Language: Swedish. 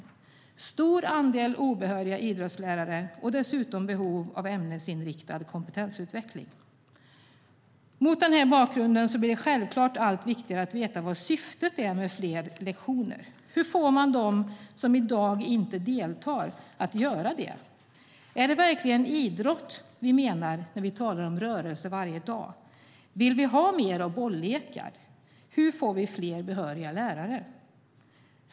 Det finns en stor andel obehöriga idrottslärare och dessutom behov av ämnesinriktad kompetensutveckling. Mot denna bakgrund blir det självklart allt viktigare att veta vad syftet är med fler lektioner. Hur får man dem som i dag inte deltar att göra det? Är det verkligen idrott vi menar när vi talar om rörelse varje dag? Vill vi ha mer av bollekar? Hur får vi fler behöriga lärare?